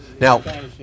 Now